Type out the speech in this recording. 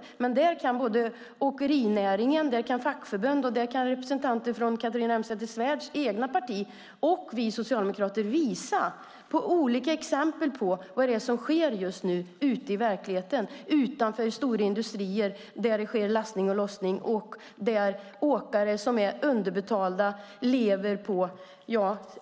I Skaraborg kan åkerinäringen, fackförbund och representanter från Catharina Elmsäter-Svärds parti och vi socialdemokrater visa olika exempel på vad som sker i verkligheten, utanför stora industrier där det sker lastning och lossning. Underbetalda åkare lever under